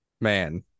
man